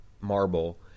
marble